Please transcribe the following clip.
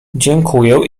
dziękuję